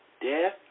death